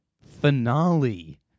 Finale